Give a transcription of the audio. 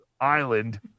island